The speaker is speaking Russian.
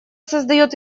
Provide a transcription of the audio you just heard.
создает